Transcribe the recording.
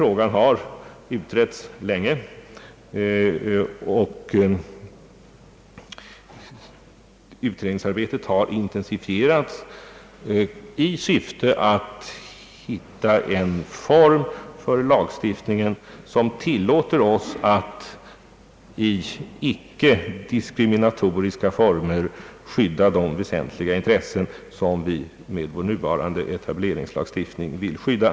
Den har utretts länge, och utredningsarbetet har intensifierats i syfte att finna en form för lagstiftningen som tillåter oss att i icke diskriminatoriska former skydda de väsentliga intressen, som vi med vår nuvarande etableringslagstiftning vill skydda.